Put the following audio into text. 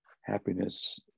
happiness